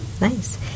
nice